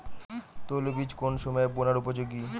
তৈলবীজ কোন সময়ে বোনার উপযোগী?